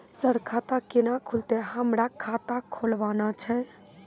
Sir खाता केना खुलतै, हमरा खाता खोलवाना छै?